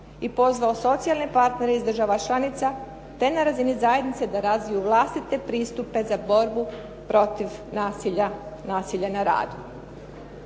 i pozvao socijalne partnere iz država članica te na razini zajednice da razviju vlastite pristupe za borbu protiv nasilja na radu.